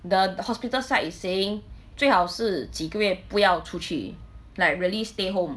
the hospital site is saying 最好是几个月不要出去 like really stay home